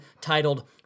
titled